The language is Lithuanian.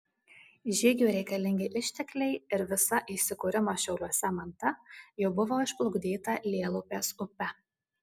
žygiui reikalingi ištekliai ir visa įsikūrimo šiauliuose manta jau buvo išplukdyta lielupės upe